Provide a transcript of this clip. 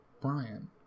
Brian